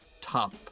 top